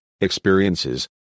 experiences